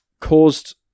caused